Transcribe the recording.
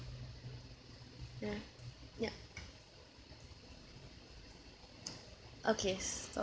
ya ya okay stop